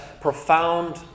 profound